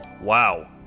Wow